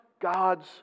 God's